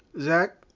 Zach